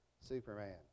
Superman